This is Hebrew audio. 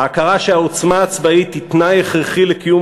ההכרה שהעוצמה הצבאית היא תנאי הכרחי לקיום